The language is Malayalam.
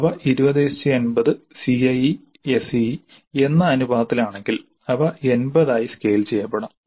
അവ 2080 CIE SEE എന്ന അനുപാതത്തിലാണെങ്കിൽ അവ 80 ആയി സ്കെയിൽ ചെയ്യപ്പെടാം